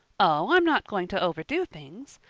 oh, i'm not going to overdo things.